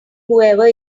whoever